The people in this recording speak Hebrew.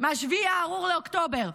ב-7 הארור באוקטובר,